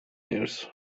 news